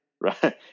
Right